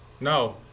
No